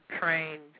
trained